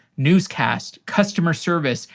newscast, customer service,